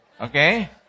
Okay